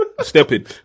stepping